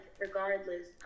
regardless